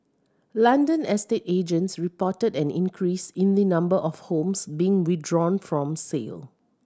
London estate agents reported an increase in the number of homes being withdrawn from sale